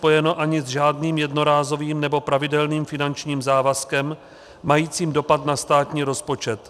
To není spojeno ani s žádným jednorázovým nebo pravidelným finančním závazkem majícím dopad na státní rozpočet.